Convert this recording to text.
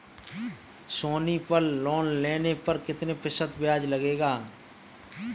सोनी पल लोन लेने पर कितने प्रतिशत ब्याज लगेगा?